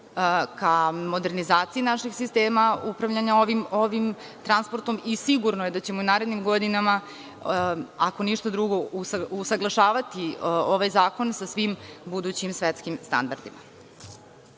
ka modernizacija naših sistema upravljanjem ovim transportom, i sigurno je da ćemo u narednim godinama ako ništa drugo usaglašavati ovaj zakon sa svim budućim standardima. Kada